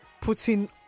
putting